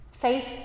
faith